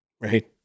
Right